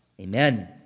Amen